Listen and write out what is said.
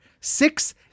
Six